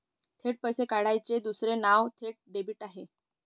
थेट पैसे काढण्याचे दुसरे नाव थेट डेबिट आहे